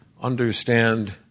understand